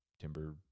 timber